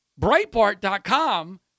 Breitbart.com